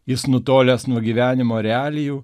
jis nutolęs nuo gyvenimo realijų